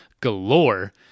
galore